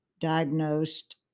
diagnosed